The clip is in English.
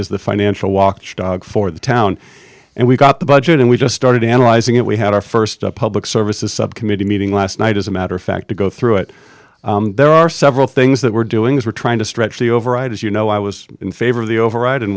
is the financial walk for the town and we've got the budget and we just started analyzing it we had our st public services subcommittee meeting last night as a matter of fact to go through it there are several things that we're doing is we're trying to stretch the override as you know i was in favor of the override